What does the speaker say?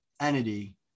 entity